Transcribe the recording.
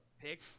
pick